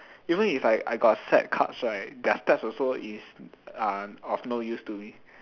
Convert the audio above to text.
even if I I got set cards right their stats also is uh of no use to me